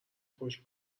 پشت